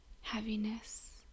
heaviness